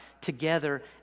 together